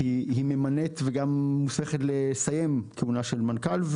ממנה וגם מוסמכת לסיים כהונה של מנכ"ל.